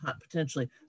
potentially